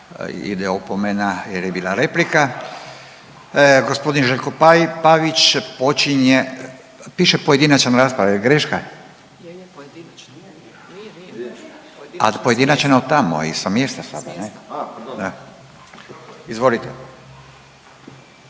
Ide opomena jer je bila replika. Gospodin Željko Pavić počinje. Piše pojedinačna rasprava. Jel' greška? A pojedinačno tamo sa mjesta sada ne?